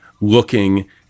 looking